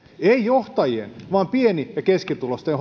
ei johtajien vaan pieni ja keskituloisten